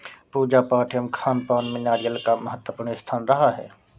पूजा पाठ एवं खानपान में नारियल का महत्वपूर्ण स्थान रहा है